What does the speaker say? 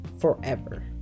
forever